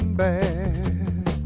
bad